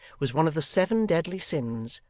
was one of the seven deadly sins,